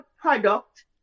product